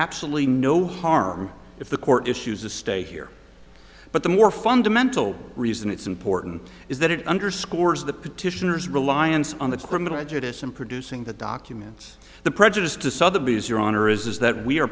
absolutely no harm if the court issues a stay here but the more fundamental reason it's important is that it underscores the petitioners reliance on the criminal justice in producing the documents the prejudice to southerlies your honor is that we are